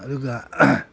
ꯑꯗꯨꯒ